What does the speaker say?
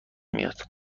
میاد